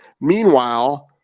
meanwhile